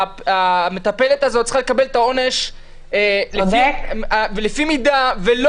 והמטפלת הזאת צריכה לקבל את העונש הזה לפי מידה.